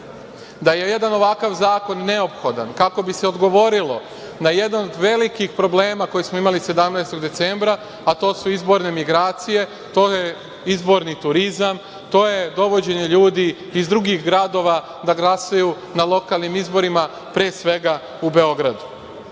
da je jedan ovakav zakon neophodan kako bi se odgovorilo na jedan od velikih problema koje smo imali 17. decembra a to su izborne migracije, to je izborni turizam, to je dovođenje ljudi iz drugih gradova da glasaju na lokalnim izborima, pre svega u Beogradu. Ovim